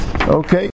Okay